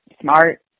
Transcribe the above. Smart